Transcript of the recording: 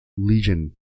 Legion